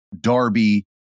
Darby